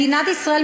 מדינת ישראל,